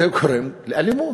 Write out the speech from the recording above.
זה גורם לאלימות.